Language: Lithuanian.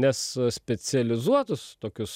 nes specializuotus tokius